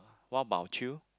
what about you